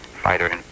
fighter